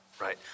Right